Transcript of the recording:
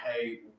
hey